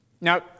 Now